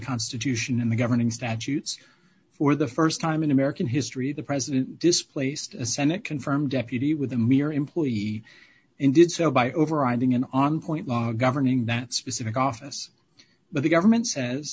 constitution and the governing statutes for the st time in american history the president displaced a senate confirmed deputy with a mere employee and did so by overriding an on point law governing that specific office but the government says